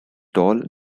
tall